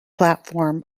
platform